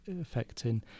affecting